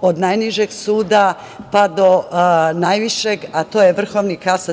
od najnižeg suda, pa do najvišeg, a to je VKS